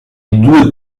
due